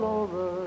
over